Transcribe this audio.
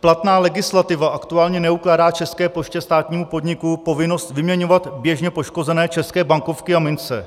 platná legislativa aktuálně neukládá České poště, státnímu podniku, povinnost vyměňovat běžně poškozené české bankovky a mince.